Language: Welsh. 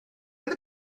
oedd